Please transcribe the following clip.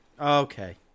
Okay